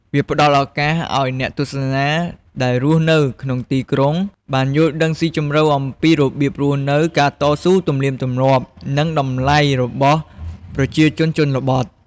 វាផ្តល់ឱកាសឱ្យ អ្នកទស្សនាដែលរស់នៅក្នុងទីក្រុង បានយល់ដឹងស៊ីជម្រៅអំពីរបៀបរស់នៅ ការតស៊ូ ទំនៀមទម្លាប់ និងតម្លៃរបស់ប្រជាជនជនបទ។